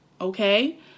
Okay